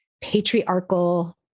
patriarchal